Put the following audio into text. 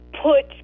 put